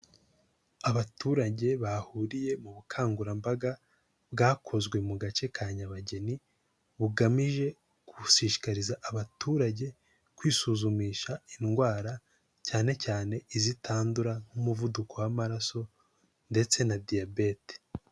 Abaturage bahuriye mu bukangurambaga bwakozwe mu gace ka Nyabageni, bugamije gushishikariza abaturage kwisuzumisha indwara, cyane cyane izitandura, nk'umuvuduko w'amaraso ndetse na diyabete.